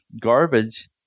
garbage